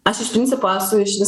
aš iš principo esu išvis